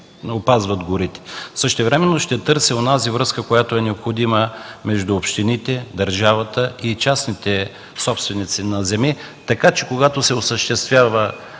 опазват горите. Същевременно ще търсим онази връзка, която е необходима между общините, държавата и частните собственици на земи. Когато се осъществява